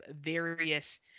various